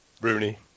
Rooney